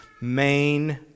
main